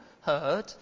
heard